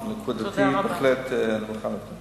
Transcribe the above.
אני בהחלט מוכן לבדוק.